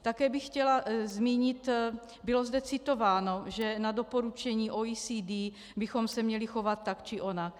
Také bych chtěla zmínit, bylo zde citováno, že na doporučení OECD bychom se měli chovat tak či onak.